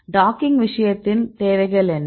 docking விஷயத்தில் தேவைகள் என்ன